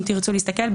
אם תרצו להסתכל,